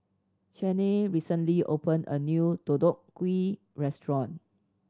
Cheyenne recently opened a new Deodeok Gui restaurant